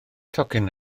tocyn